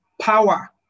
power